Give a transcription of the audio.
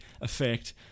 effect